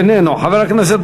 אינו נוכח,